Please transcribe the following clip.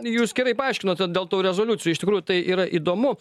jūs gerai paaiškinot dėl tų rezoliucijų iš tikrųjų tai yra įdomu